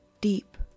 deep